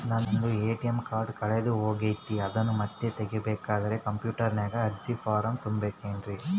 ನಂದು ATM card ಕಳೆದು ಹೋಗೈತ್ರಿ ಅದನ್ನು ಮತ್ತೆ ತಗೋಬೇಕಾದರೆ ಕಂಪ್ಯೂಟರ್ ನಾಗ ಅರ್ಜಿ ಫಾರಂ ತುಂಬಬೇಕನ್ರಿ?